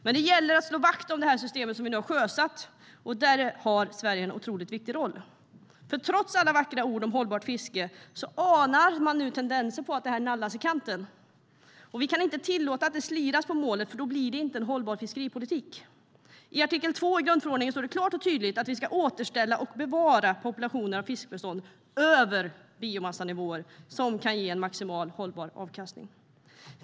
Men det gäller att slå vakt om det system som vi nu har sjösatt, och där har Sverige en otroligt viktig roll. För trots alla vackra ord om hållbart fiske anar man nu tendenser till att det här nallas i kanten. Vi kan inte tillåta att det sliras på målet, för då blir det inte en hållbar fiskeripolitik. I artikel 2 i grundförordningen står det klart och tydligt att vi ska återställa och bevara populationen av fiskbestånd över biomassanivåer som kan ge maximal hållbar avkastning.